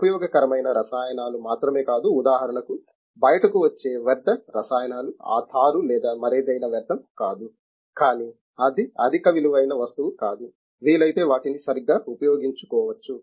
ఉపయోగకరమైన రసాయనాలు మాత్రమే కాదు ఉదాహరణకు బయటకు వచ్చే వ్యర్థ రసాయనాలు ఆ తారు లేదా మరేదైనా వ్యర్థం కాదు కానీ అది అధిక విలువైన వస్తువు కాదు వీలైతే వాటిని సరిగ్గా ఉపయోగించుకోవచ్చు